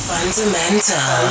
Fundamental